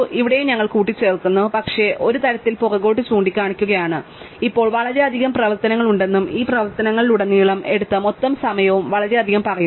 ഇവിടെയും ഞങ്ങൾ കൂട്ടിച്ചേർക്കുന്നു പക്ഷേ ഞങ്ങളും ഒരു തരത്തിൽ പുറകോട്ട് ചൂണ്ടിക്കാണിക്കുകയാണ് ഇപ്പോൾ വളരെയധികം പ്രവർത്തനങ്ങളുണ്ടെന്നും ഈ പ്രവർത്തനങ്ങളിലുടനീളം എടുത്ത മൊത്തം സമയവും വളരെയധികം പറയുന്നു